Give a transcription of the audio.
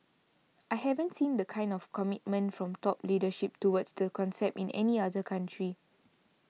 I haven't seen the kind of commitment from top leadership towards the concept in any other country